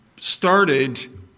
started